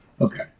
Okay